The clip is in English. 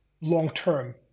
long-term